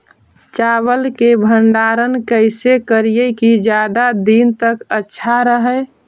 चावल के भंडारण कैसे करिये की ज्यादा दीन तक अच्छा रहै?